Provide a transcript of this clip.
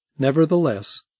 Nevertheless